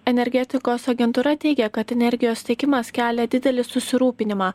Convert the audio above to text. energetikos agentūra teigė kad energijos tiekimas kelia didelį susirūpinimą